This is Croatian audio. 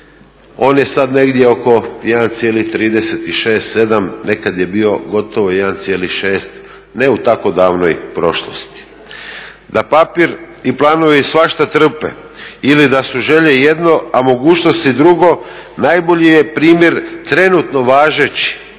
On je sad negdje oko 1,36, sedam, nekad je bio gotovo 1,6 ne u tako davnoj prošlosti. Da papir i planovi svašta trpe ili da su želje jedno, a mogućnosti drugo najbolji je primjer trenutno važeći